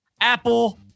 Apple